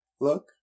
Look